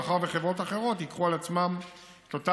מאחר שחברות אחרות ייקחו על עצמן להפעיל